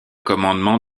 commandement